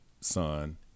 son